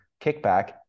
kickback